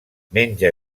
menja